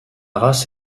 race